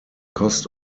cost